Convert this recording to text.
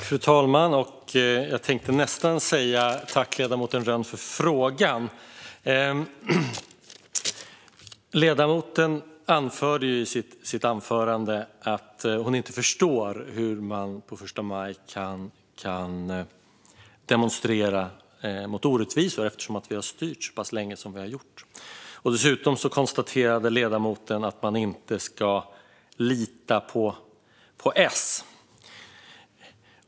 Fru talman! Jag tänkte nästan säga tack, ledamoten Rönn, för frågan. Ledamoten sa i sitt anförande att hon inte förstod hur vi på första maj kan demonstrera mot orättvisor när vi har styrt så pass länge som vi har gjort. Dessutom konstaterade ledamoten att man inte ska lita på S.